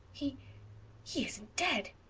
he he isn't dead,